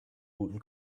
guten